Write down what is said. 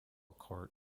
court